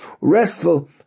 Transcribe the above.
restful